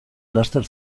laster